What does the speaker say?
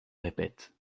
répète